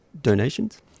donations